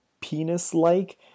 penis-like